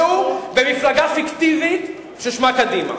אולי תתעסק בליכוד?